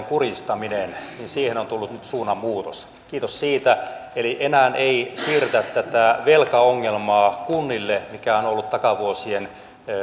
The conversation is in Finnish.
kurjistamiseen on tullut nyt suunnanmuutos kiitos siitä enää ei siirretä tätä velkaongelmaa kunnille mikä on on ollut takavuosien